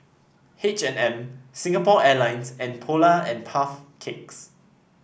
H and M Singapore Airlines and Polar and Puff Cakes